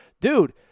dude